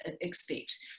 expect